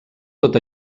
tot